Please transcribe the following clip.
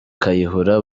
kayihura